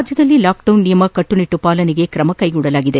ರಾಜ್ಯದಲ್ಲಿ ಲಾಕ್ಡೌನ್ ನಿಯಮ ಕಟ್ಟುನಿಟ್ಟು ಪಾಲನೆಗೆ ಕ್ರಮ ಕೈಗೊಳ್ಳಲಾಗಿದೆ